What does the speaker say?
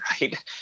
right